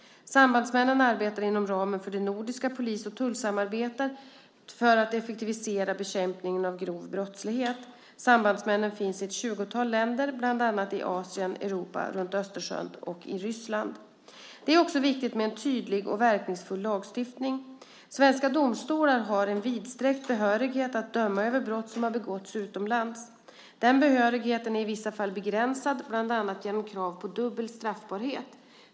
Sambandsmännen arbetar inom ramen för det nordiska polis och tullsamarbetet för att effektivisera bekämpningen av grov brottslighet. Sambandsmännen finns i ett tjugotal länder, bland annat i Asien, Europa runt Östersjön och i Ryssland. Det är också viktigt med en tydlig och verkningsfull lagstiftning. Svenska domstolar har en vidsträckt behörighet att döma över brott som har begåtts utomlands. Denna behörighet är i vissa fall begränsad, bland annat genom krav på dubbel straffbarhet.